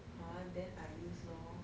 !huh! then I use lor